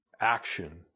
action